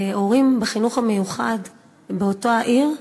הורים בחינוך המיוחד באותה העיר,